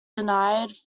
denied